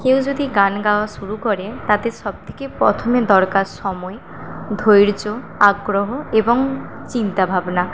কেউ যদি গান গাওয়া শুরু করে তাতে সবথেকে প্রথমে দরকার সময় ধৈর্য্য আগ্রহ এবং চিন্তাভাবনা